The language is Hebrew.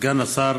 סגן השר,